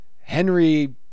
Henry